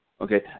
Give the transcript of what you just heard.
okay